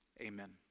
amen